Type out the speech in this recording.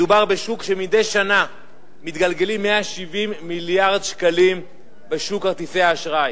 מדובר בשוק שמדי שנה מתגלגל 170 מיליארד שקלים בשוק כרטיסי האשראי,